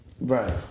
Right